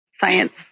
science